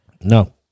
No